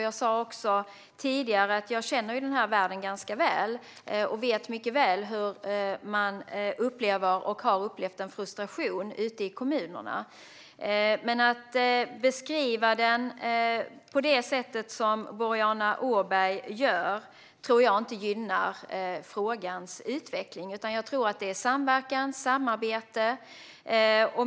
Jag känner som sagt den här världen ganska väl och vet mycket väl vilken frustration man upplever och har upplevt ute i kommunerna. Men att beskriva det på det sätt som Boriana Åberg gör tror jag inte gynnar utvecklingen. Jag tror att det som gäller är samverkan och samarbete.